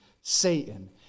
Satan